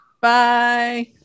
bye